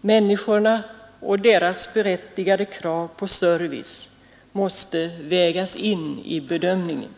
Människorna och deras berättigade krav på service måste vägas in i bedömningen.